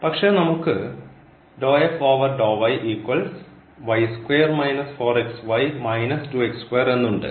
പക്ഷേ നമുക്ക് എന്നുണ്ട്